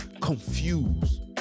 confused